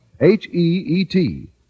H-E-E-T